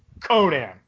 conan